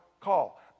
call